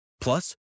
Plus